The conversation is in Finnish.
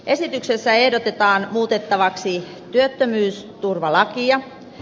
esityksessä ehdotetaan muutettavaksi työttömyysturvalakia